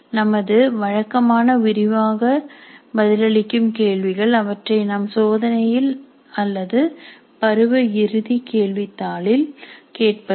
நமது வழக்கமான விரிவாக பதிலளிக்கும் கேள்விகள் அவற்றை நாம் சோதனைகளில் அல்லது பருவ இறுதி கேள்வித்தாளில் கேட்பது